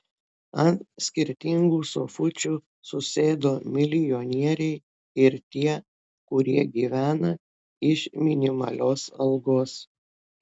ant skirtingų sofučių susėdo milijonieriai ir tie kurie gyvena iš minimalios algos